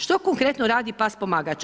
Što konkretno radi član pomagač?